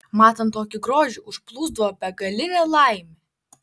matant tokį grožį užplūsdavo begalinė laimė